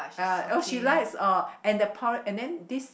uh oh she likes uh and the and then this